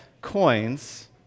coins